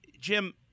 Jim